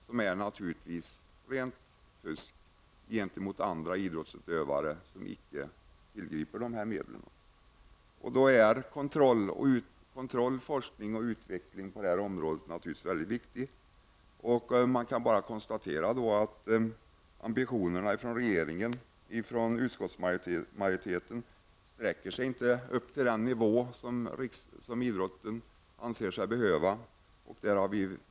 Detta är naturligtvis ett rent fusk gentemot idrottsutövare som inte tillgriper dessa medel. Då är kontroll, forskning och utveckling på detta område naturligtvis någonting mycket viktigt. Man kan då bara konstatera att regeringens och utskottsmajoritetens ambitioner inte når upp till den nivå som idrotten anser sig behöva.